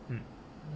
mm